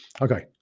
Okay